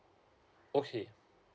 okay